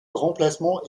remplacement